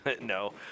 No